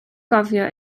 gofio